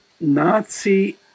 Nazi